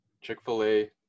Chick-fil-A